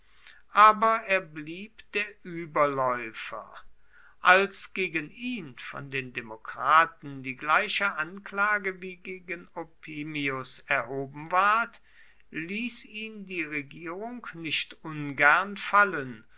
aber er blieb der überläufer als gegen ihn von den demokraten die gleiche anklage wie gegen opimius erhoben ward ließ ihn die regierung nicht ungern fallen